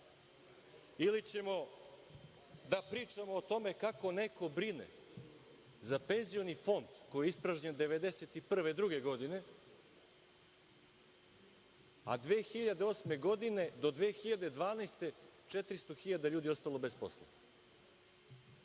Ili ćemo da pričamo o tome kako neko brine za penzioni fond koji je ispražnjen 1991. i 1992. godine, a 2008. godine do 2012. godine 400 hiljada ljudi je ostalo bez posla?